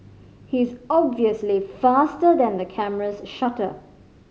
he is obviously faster than the camera's shutter